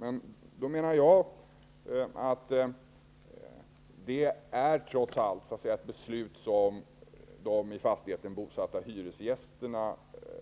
Men då menar jag att det trots allt är ett beslut som de i fastigheten bosatta hyresgästerna